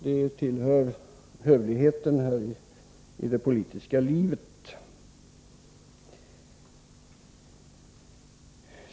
Det tillhör hövligheten i det politiska livet.